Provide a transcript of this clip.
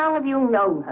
um of you know.